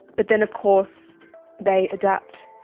but then of course they adapt.